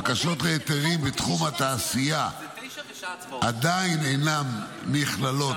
בקשות להיתרים בתחום התעשייה עדיין אינן נכללות